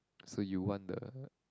so you want the